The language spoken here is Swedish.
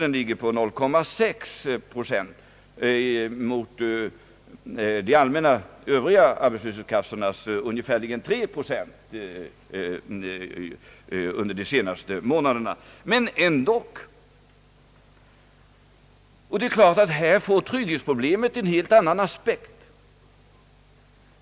Den har legat vid 0,6 procent mot ungefär 3 procent i de övriga arbetslöshetskassorna under de senaste månaderna, men ändock får trygghetsproblemet en helt annan aspekt.